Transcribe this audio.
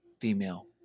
female